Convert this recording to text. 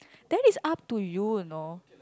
that is up to you you know